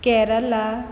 Kerala